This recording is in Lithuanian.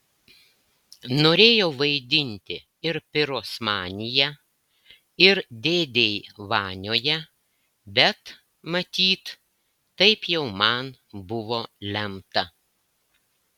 norėjau vaidinti ir pirosmanyje ir dėdėj vanioje bet matyt taip jau man buvo lemta